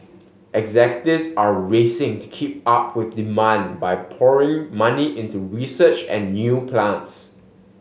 executives are racing to keep up with demand by pouring money into research and new plants